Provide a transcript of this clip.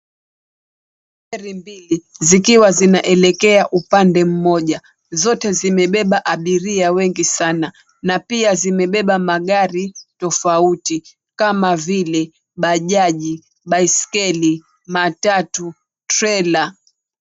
Gari mbili, zikiwa zinaelekea upande mmoja. Zote zimebeba abiria wengi sana, na pia zimebeba magari tofauti kama vile bajaji, baiskeli, matatu, trela.